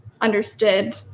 understood